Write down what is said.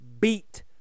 beat